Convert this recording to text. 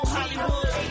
Hollywood